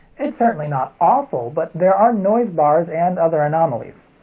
it's certainly not awful, but there are noise bars and other anomalies.